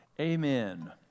amen